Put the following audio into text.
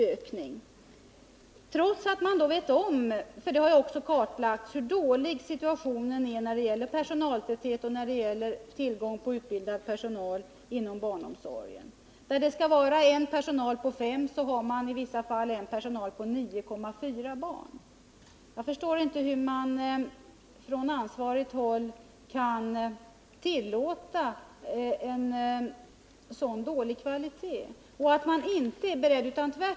Detta trots att man vet om, för det har ju också kartlagts, hur dålig situationen är när det gäller personaltätheten och tillgången på utbildad personal. När personaltätheten skall vara en på fem barn är den i vissa fall en på 9,4 barn. Jag förstår inte att man från ansvarigt håll kan tillåta en så dålig kvalitet och att man inte är beredd att förbättra den.